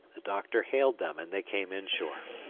the doctor hailed them and they came inshore.